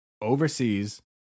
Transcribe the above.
overseas